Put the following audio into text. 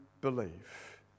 believe